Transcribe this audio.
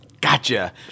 Gotcha